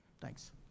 thanks